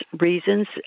reasons